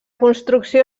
construcció